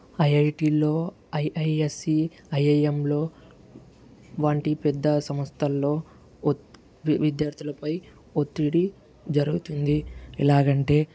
ఐఐటీలో IISc ఐఐఎంలో వంటి పెద్ద సంస్థల్లో ఒత్ విద్యార్థులపై ఒత్తిడి జరుగుతుంది ఎలాగంటే